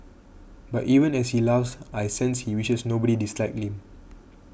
but even as he laughs I sense he wishes nobody disliked him